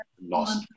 lost